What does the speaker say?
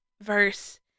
verse